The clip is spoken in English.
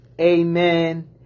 amen